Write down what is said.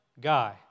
guy